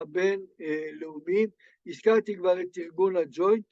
‫הבין לאומי. ‫הזכרתי כבר את ארגון הג'וינט.